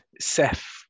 Seth